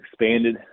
expanded